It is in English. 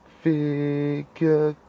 figure